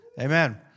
Amen